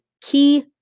key